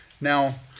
Now